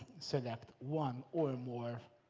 select one or more